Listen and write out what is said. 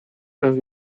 los